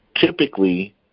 typically